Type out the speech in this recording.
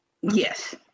Yes